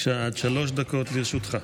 בבקשה, עד שלוש דקות לרשותך.